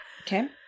Okay